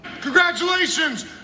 Congratulations